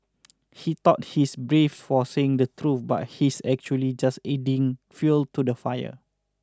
he thought he's brave for saying the truth but he's actually just adding fuel to the fire